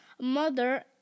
Mother